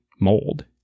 mold